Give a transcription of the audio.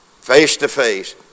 face-to-face